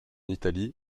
italie